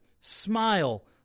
Smile